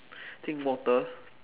I think water